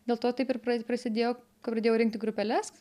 dėl to taip ir pra prasidėjo kai pradėjau rinkti grupeles